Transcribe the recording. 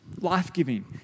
life-giving